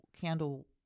candle